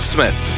Smith